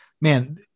man